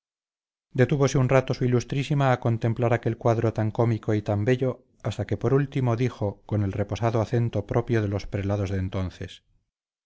dos pajes detúvose un rato su ilustrísima a contemplar aquel cuadro tan cómico y tan bello hasta que por último dijo con el reposado acento propio de los prelados de entonces